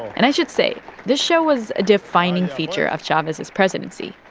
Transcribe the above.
and i should say this show was a defining feature of chavez's presidency.